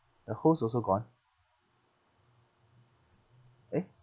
the host also gone eh